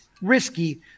Risky